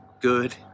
good